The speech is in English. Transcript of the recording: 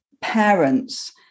parents